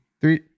Three